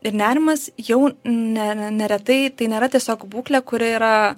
ir nerimas jau ne neretai tai nėra tiesiog būklė kuri yra